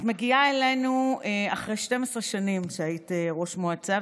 את מגיעה אלינו אחרי 12 שנים שבהן היית ראש מועצה,